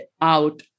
out